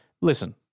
listen